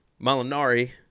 Malinari